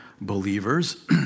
believers